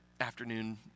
afternoon